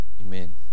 Amen